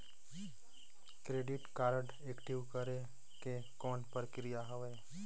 Credit card active करे के कौन प्रक्रिया हवे?